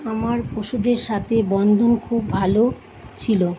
আমার পশুদের সাথে বন্ধন খুব ভালো ছিলো